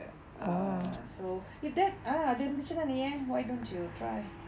uh so if that ah அது இருந்துச்சா நீ ஏன்:athu irunthuchunaa nee yaen why don't you try